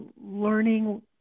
learning